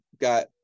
got